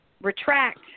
retract